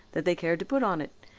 that they cared to put on it.